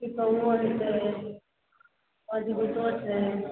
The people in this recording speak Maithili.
टिकाउ छै मजबूतो छै